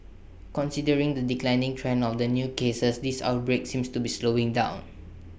considering the declining trend of new cases this outbreak seems to be slowing down